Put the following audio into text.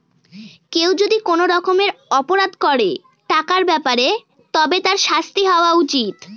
কেউ যদি কোনো রকমের অপরাধ করে টাকার ব্যাপারে তবে তার শাস্তি হওয়া উচিত